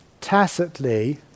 tacitly